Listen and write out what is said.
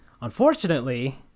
Unfortunately